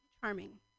charming